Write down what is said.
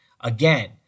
again